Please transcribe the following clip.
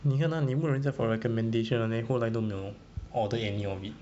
你看 ah 你问人家 for recommendation then 后来都没有 order any of it